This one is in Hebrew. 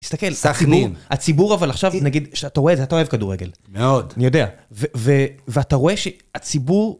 תסתכל, הציבור, אבל עכשיו נגיד שאתה רואה את זה, אתה אוהב כדורגל. מאוד. אני יודע, ואתה רואה שהציבור...